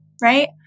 right